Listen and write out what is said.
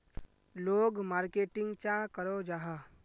लोग मार्केटिंग चाँ करो जाहा?